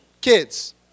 Kids